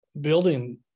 building